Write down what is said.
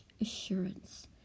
assurance